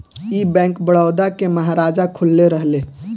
ई बैंक, बड़ौदा के महाराजा खोलले रहले